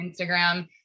Instagram